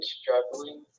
struggling